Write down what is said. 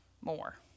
more